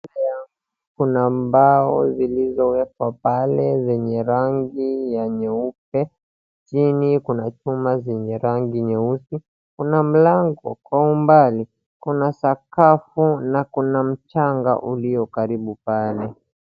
Kuna mbao zilizowekwa pale zenye rangi ya nyeupe, chini kuna chuma zenye rangi nyeusi. Kuna mlango kwa umbali kuna sakafu na kuna mchanga ulio karibu pale.